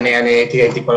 כי זה ברור